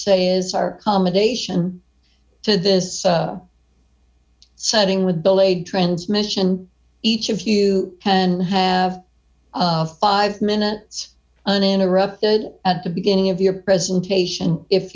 say is our commendation to this setting with delayed transmission each of you can have five minutes uninterrupted at the beginning of your presentation if